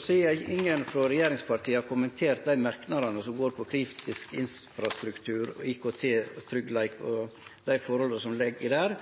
Sidan ingen frå regjeringspartia har kommentert dei merknadene som går på kritisk infrastruktur, IKT-tryggleik og dei forholda som ligg der: